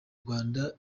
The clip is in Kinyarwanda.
rwanda